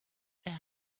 vers